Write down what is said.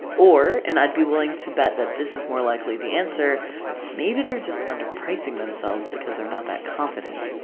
or and i'd be willing to bet that this is more likely the answer maybe they're just underpricing themselves because they're not that confident.